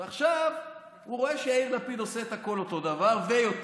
ועכשיו הוא רואה שיאיר לפיד עושה את הכול אותו דבר ויותר.